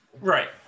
Right